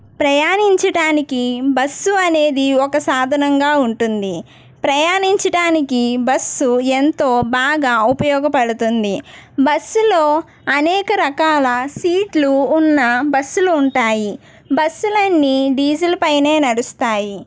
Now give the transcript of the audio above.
ప్రయాణించటానికి bus అనేది ఒక సాధనంగా ఉంటుంది ప్రయాణించటానికి బస్సు ఎంతో బాగా ఉపయోగపడుతుంది బస్సులో అనేక రకాల సీట్లు ఉన్న బస్సులు ఉంటాయి బస్సులన్నీ డీజిల్ పైనే నడుస్తాయి